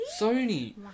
Sony